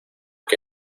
que